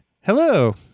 Hello